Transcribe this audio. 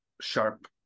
sharp